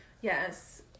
Yes